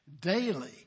daily